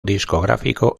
discográfico